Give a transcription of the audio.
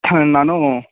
ನಾನು